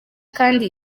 kandi